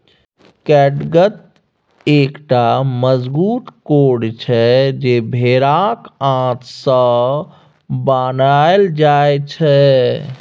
कैटगत एकटा मजगूत कोर्ड छै जे भेराक आंत सँ बनाएल जाइ छै